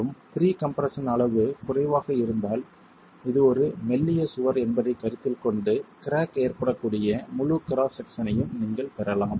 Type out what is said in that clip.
மற்றும் pre compression அளவு குறைவாக இருந்தால் இது ஒரு மெல்லிய சுவர் என்பதைக் கருத்தில் கொண்டு கிராக் ஏற்படக்கூடிய முழு கிராஸ் செக்சனையும் நீங்கள் பெறலாம்